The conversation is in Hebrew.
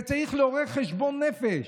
זה צריך לעורר חשבון נפש.